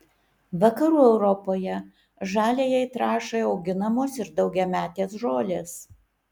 vakarų europoje žaliajai trąšai auginamos ir daugiametės žolės